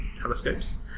telescopes